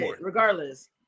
regardless